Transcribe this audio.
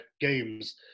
games